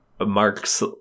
marks